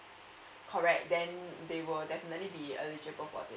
correct then they will definitely be eligible for this